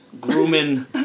grooming